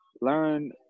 learn